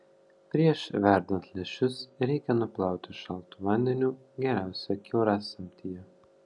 prieš verdant lęšius reikia nuplauti šaltu vandeniu geriausia kiaurasamtyje